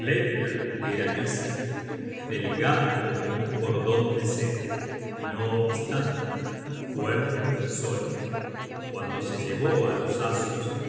era lisa delgada como un cor dondeseda y no obstante fuerte y sólida cuando se llevó á los asios